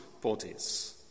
bodies